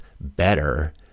better